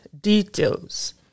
details